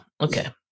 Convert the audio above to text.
okay